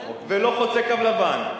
ולא חוצה קו לבן,